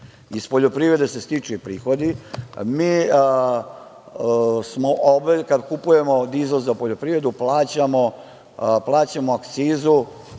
Iz poljoprivede se stiču i prihodi. Kada kupujemo dizel za poljoprivredu plaćamo akcizu,